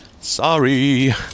Sorry